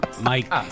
Mike